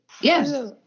Yes